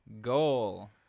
goal